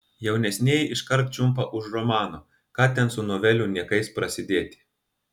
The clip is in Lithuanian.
jaunesnieji iškart čiumpa už romano ką ten su novelių niekais prasidėti